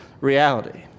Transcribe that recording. reality